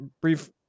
brief